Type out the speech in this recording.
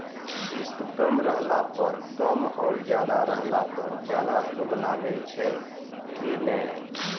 किस्त कम रहला पर कम और ज्यादा रहला पर ज्यादा सूद लागै छै कि नैय?